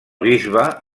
bisbe